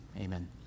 Amen